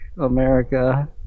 America